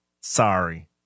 Sorry